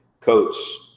coats